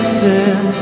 sin